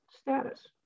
status